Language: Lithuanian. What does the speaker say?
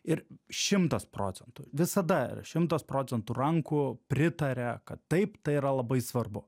ir šimtas procentų visada šimtas procentų rankų pritaria kad taip tai yra labai svarbu